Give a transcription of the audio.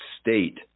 state